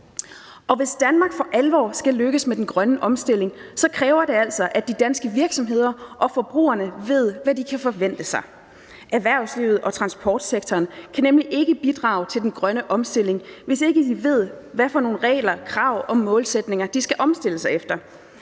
Hvis Danmark for alvor skal lykkes med den grønne omstilling, kræver det altså, at de danske virksomheder og forbrugerne ved, hvad de kan forvente sig. Erhvervslivet og transportsektoren kan nemlig ikke bidrage til den grønne omstilling, hvis de ikke ved, hvilke regler og krav om målsætninger de skal omstille sig efter.